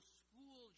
school